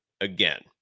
again